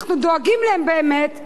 אנחנו דואגים להם באמת,